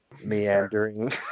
meandering